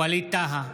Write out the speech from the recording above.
ווליד טאהא,